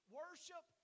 worship